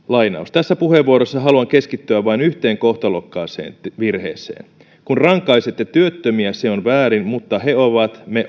tässä puheenvuorossa haluan keskittyä vain yhteen kohtalokkaaseen virheeseen kun rankaisette työttömiä se on väärin mutta he ovat me